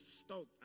stoked